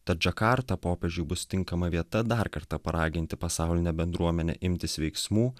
tad džakarta popiežiui bus tinkama vieta dar kartą paraginti pasaulinę bendruomenę imtis veiksmų